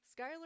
Skyler